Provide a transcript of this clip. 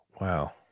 Wow